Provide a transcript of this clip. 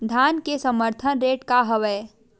धान के समर्थन रेट का हवाय?